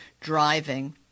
driving